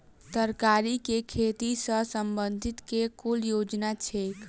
तरकारी केँ खेती सऽ संबंधित केँ कुन योजना छैक?